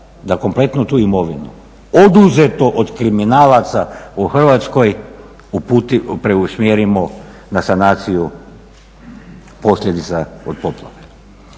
da kompletnu tu imovinu oduzetu od kriminalaca u Hrvatskoj preusmjerimo na sanaciju posljedica od poplave.